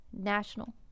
national